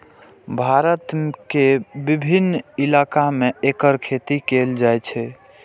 भारत के विभिन्न इलाका मे एकर खेती कैल जाइ छै